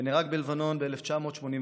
שנהרג בלבנון ב-1982.